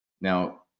Now